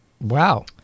Wow